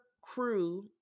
crew